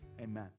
Amen